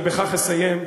ובכך אסיים,